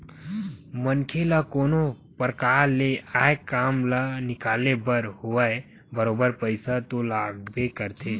मनखे ल कोनो परकार ले आय काम ल निकाले बर होवय बरोबर पइसा तो लागबे करथे